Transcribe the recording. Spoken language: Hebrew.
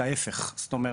ההיפך הוא הנכון.